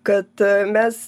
kad mes